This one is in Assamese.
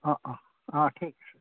অঁ অঁ অঁ ঠিক আছে